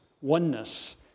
oneness